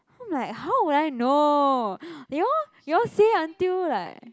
I'm like how would I know you all you all say until like